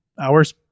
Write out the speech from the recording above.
hours